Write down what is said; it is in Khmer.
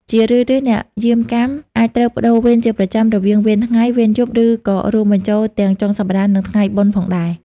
ជារឿយៗ អ្នកយាមកាមអាចត្រូវប្ដូរវេនជាប្រចាំ រវាងវេនថ្ងៃ វេនយប់ ឬក៏រួមបញ្ចូលទាំងចុងសប្តាហ៍ និងថ្ងៃបុណ្យផងដែរ។